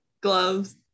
gloves